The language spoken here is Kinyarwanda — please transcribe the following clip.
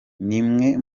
n’imwe